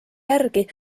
järgi